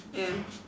ya